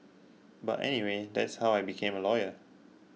but anyway that's how I became a lawyer